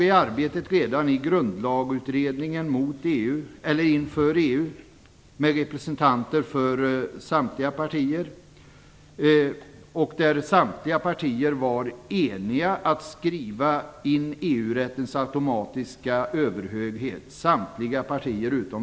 I grundlagsutredningen inför EU, där samtliga partier var representerade, var samtliga partier utom Vänsterpartiet och Miljöpartiet överens om att skriva in EU-rättens automatiska överhöghet.